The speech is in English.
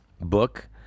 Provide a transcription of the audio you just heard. book